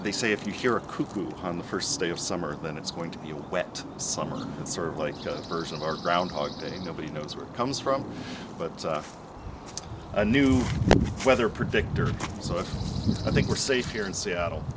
they say if you hear a cuckoo on the first day of summer then it's going to be a wet summer it's sort of like us version of our groundhog day nobody knows where it comes from but a new weather predictor so i think we're safe here in seattle